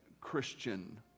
Christian